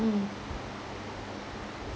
mm